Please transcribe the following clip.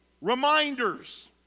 Reminders